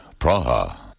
Praha